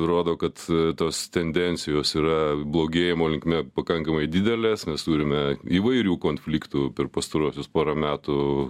rodo kad tos tendencijos yra blogėjimo linkme pakankamai didelės mes turime įvairių konfliktų per pastaruosius porą metų